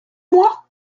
moi